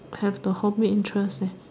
have the hobby interest